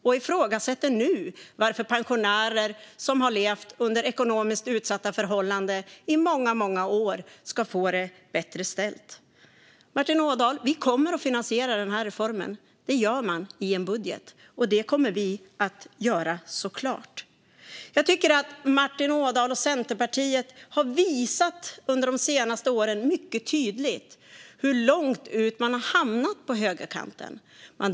Han ifrågasätter nu varför pensionärer som har levt under ekonomiskt utsatta förhållanden under många år ska få det bättre ställt. Martin Ådahl, vi kommer att finansiera den här reformen. Det gör man i en budget, och det kommer vi att göra, såklart. Jag tycker att Martin Ådahl och Centerpartiet under de senaste åren mycket tydligt har visat hur långt ut på högerkanten de har hamnat.